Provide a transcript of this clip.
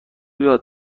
یاد